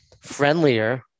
friendlier